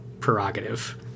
Prerogative